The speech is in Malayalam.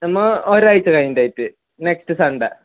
നമ്മൾ ഒരാഴ്ച കഴിഞ്ഞിട്ടുണ്ടായിട്ട് നെക്സ്റ്റ് സൺഡേ